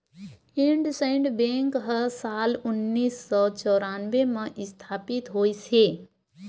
IndusInd bank ह साल उन्नीस सौ चैरानबे म इस्थापित होइस हे